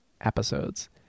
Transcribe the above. episodes